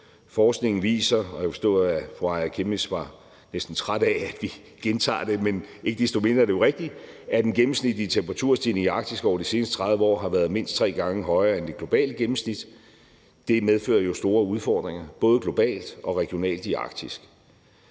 Forskningen viser – og jeg kunne forstå, at fru Aaja Chemnitz næsten var træt af, at vi gentager det, men ikke desto mindre er det jo rigtigt – at den gennemsnitlige temperaturstigning i Arktis over de seneste 30 år har været mindst tre gange højere end det globale gennemsnit, og det medfører jo store udfordringer både globalt og regionalt i Arktis.